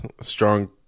strong